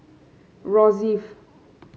Rosyth